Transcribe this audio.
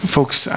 Folks